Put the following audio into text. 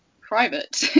private